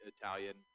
italian